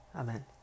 Amen